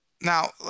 Now